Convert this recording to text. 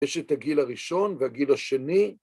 יש את הגיל הראשון והגיל השני.